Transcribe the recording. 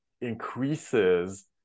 increases